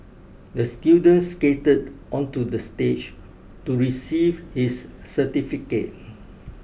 the student skated onto the stage to receive his certificate